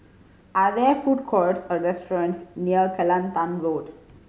are there food courts or restaurants near Kelantan Road